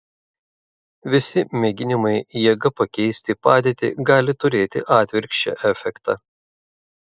visi mėginimai jėga pakeisti padėtį gali turėti atvirkščią efektą